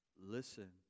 listen